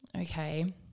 okay